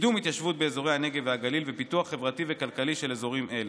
קידום התיישבות באזורי הנגב והגליל ופיתוח חברתי וכלכלי של אזורים אלה.